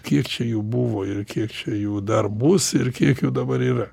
kiek čia jų buvo ir kiek čia jų dar bus ir kiek jų dabar yra